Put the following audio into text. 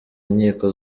nkiko